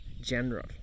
general